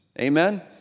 amen